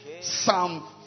Psalm